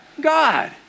God